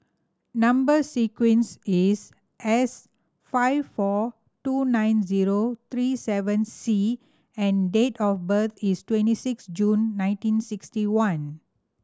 number sequence is S five four two nine zero three seven C and date of birth is twenty six June nineteen sixty one